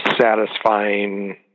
satisfying